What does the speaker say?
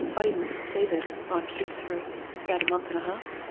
i didn't see them, my kids for about a month and a half.